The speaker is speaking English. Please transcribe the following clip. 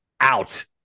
out